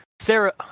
Sarah